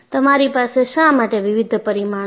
તમારી પાસે શા માટે વિવિધ પરિમાણો છે